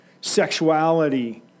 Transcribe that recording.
sexuality